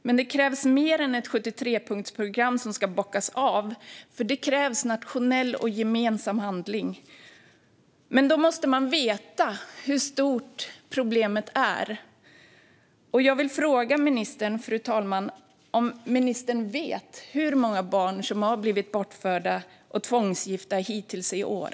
Det behövs dock mer än ett 73-punktsprogram som ska bockas av, för det krävs nationell och gemensam handling. Då måste man dock veta hur stort problemet är, fru talman, och jag vill därför fråga ministern om hon vet hur många barn som blivit bortförda och tvångsgifta hittills i år.